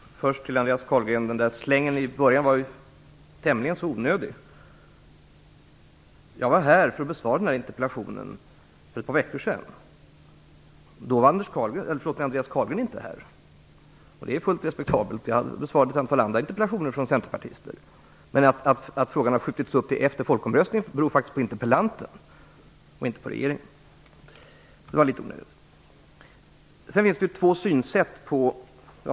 Fru talman! Först vill jag säga till Andreas Carlgren att slängen i början av hans anförande var tämligen onödig. Jag var här för ett par veckor sedan för att besvara interpellationen. Då var Andreas Carlgren inte här. Det är fullt acceptabelt. Jag besvarade då ett antal andra interpellationer från centerpartister. Men att frågan har skjutits upp till efter folkomröstningen beror faktiskt på interpellanten, inte på regeringen. Så det var litet onödigt med den där slängen.